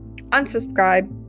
unsubscribe